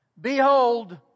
Behold